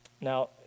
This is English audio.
Now